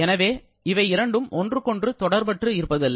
எனவே இவை இரண்டும் ஒன்றுக்கொன்று தொடர்பற்று இருப்பதில்லை